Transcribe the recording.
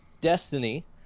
Destiny